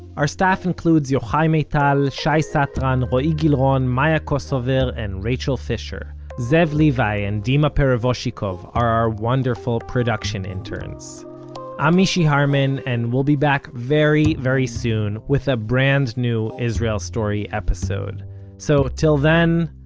our staff includes yochai maital, shai satran, roee gilron, maya kosover and rachel fisher. zev levi and dima perevozchikov are our wonderful production interns i'm mishy harman, and we'll be back very very soon with a brand new israel story episode. so till then,